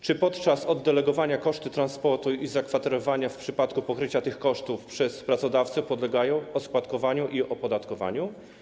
Czy podczas oddelegowania koszty transportu i zakwaterowania w przypadku pokrycia tych kosztów przez pracodawcę podlegają oskładkowaniu i opodatkowaniu?